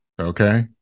Okay